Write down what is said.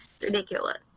ridiculous